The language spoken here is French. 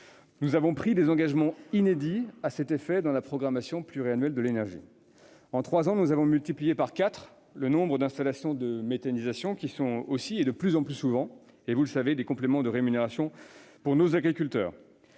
Nous avons pris des engagements inédits à cet effet dans la programmation pluriannuelle de l'énergie. En trois ans, nous avons multiplié par quatre le nombre d'installations de méthanisation, qui constituent aussi de plus en plus souvent, comme vous le savez, des compléments de rémunération pour nos agriculteurs.